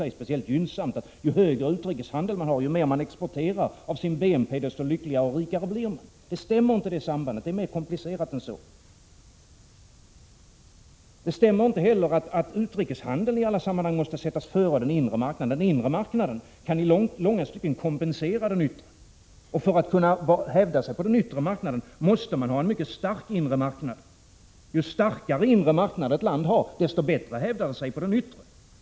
Det är inte så att ju större utrikeshandel man har, ju mer man exporterar av sin BNP, desto lyckligare och rikare blir man. Det sambandet stämmer inte — det är mer komplicerat än så. Det stämmer inte heller att utrikeshandeln i alla sammanhang måste sättas före den inre marknaden. Den inre marknaden kan i långa stycken kompensera den yttre. För att kunna hävda sig på den yttre marknaden måste man ha en mycket stark inre marknad. Ju starkare inre marknad ett land har, desto bättre hävdar det sig på den yttre.